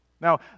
Now